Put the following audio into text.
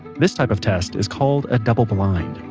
this type of test is called a double-blind